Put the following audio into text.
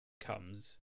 comes